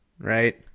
right